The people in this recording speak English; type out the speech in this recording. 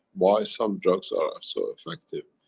why some drugs are so effective?